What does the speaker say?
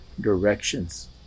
directions